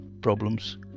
problems